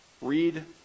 read